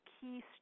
key